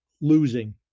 losing